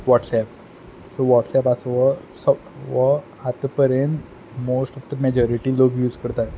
WhatsApp सो WhatsApp आसूं वो वो आतां परेन मोस्ट ऑफ द मेजोरिटी लोक यूज करतात